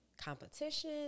competition